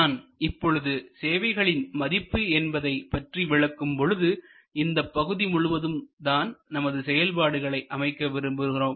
நான் இப்பொழுது சேவைகளின் மதிப்பு என்பதை பற்றி விளக்கும் பொழுது இந்தப் பகுதி முழுவதிலும் தான் நமது செயல்பாடுகளை அமைக்க விரும்புகிறோம்